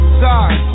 sorry